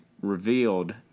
revealed